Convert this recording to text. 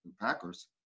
Packers